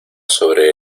sobre